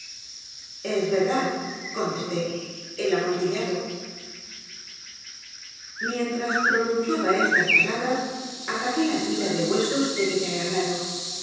s verdad contestéel amontillado mientras pronunciaba estas palabras ataqué la pila de huesos de que ya he hablado